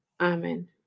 Amen